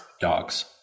Dogs